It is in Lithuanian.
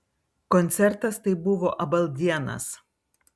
koncertas tai buvo abaldienas